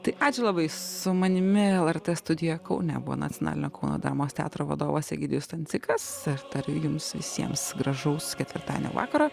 tai ačiū labai su manimi lrt studija kaune po nacionalinio kauno dramos teatro vadovas egidijus stancikas aš tariu jums visiems gražaus ketvirtadienio vakarą